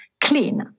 clean